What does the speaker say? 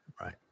Right